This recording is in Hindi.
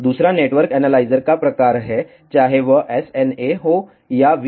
दूसरा नेटवर्क एनालाइजर का प्रकार है चाहे वह SNA हो या VNA